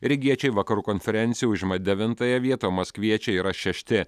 rygiečiai vakarų konferencijoj užima devintąją vietą maskviečiai yra šešti